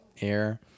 air